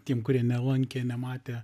tiems kurie nelankė nematę